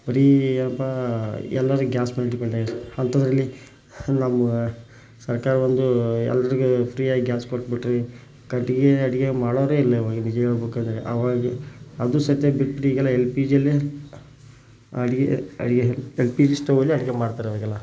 ಬರೀ ಏನಪ್ಪ ಎಲ್ಲರೂ ಗ್ಯಾಸ್ ಬಂದಮೇಲೆ ಅಂಥದರಲ್ಲಿ ನಾವು ಸರ್ಕಾರ ಒಂದು ಎಲ್ಲರಿಗೂ ಫ್ರೀಯಾಗಿ ಗ್ಯಾಸ್ ಕೊಟ್ಬಿಟ್ರೆ ಕಟ್ಟಿಗೆ ಅಡುಗೆ ಮಾಡೋವ್ರೇ ಇಲ್ಲ ಇವಾಗ ನಿಜ ಹೇಳ್ಬೇಕಂದ್ರೆ ಆವಾಗ ಅದು ಸದ್ಯಕ್ಕೆ ಬಿಟ್ಟು ಈಗ ಎಲ್ಲ ಎಲ್ ಪಿ ಜಿಯಲ್ಲೇ ಅಡುಗೆ ಅಡುಗೆ ಎಲ್ ಪಿ ಜಿ ಸ್ಟೌವಲ್ಲೇ ಅಡುಗೆ ಮಾಡ್ತಾರೆ ಇವಾಗೆಲ್ಲ